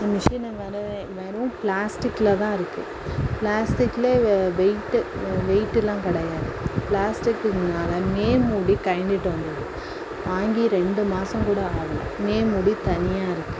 மிஷினே வேறு வெறும் பிளாஸ்ட்டிக்கில் தான் இருக்குது பிளாஸ்ட்டிக்லேயே வெயிட்டு வெயிட்டெலாம் கிடையாது பிளாஸ்ட்டிங்னாலக மேல் மூடி கழன்டுட்டு வந்துடுது வாங்கி ரெண்டு மாதம் கூட ஆகல மேல் மூடி தனியாக இருக்குது